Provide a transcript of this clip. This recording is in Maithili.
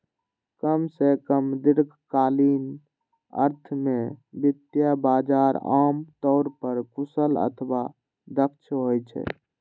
कम सं कम दीर्घकालीन अर्थ मे वित्तीय बाजार आम तौर पर कुशल अथवा दक्ष होइ छै